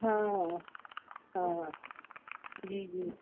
हा हा हा जी जी